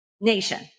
nation